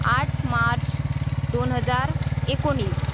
आठ मार्च दोन हजार एकोणीस